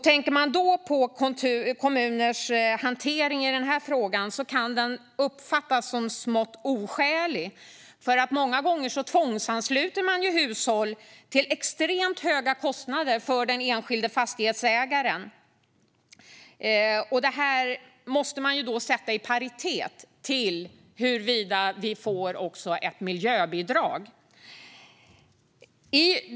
Tänker man då på kommuners hantering i den här frågan kan den uppfattas som smått oskälig. Många gånger tvångsansluter man hushåll till extremt höga kostnader för den enskilde fastighetsägaren. Det måste vara i paritet med huruvida vi får ett miljöbidrag.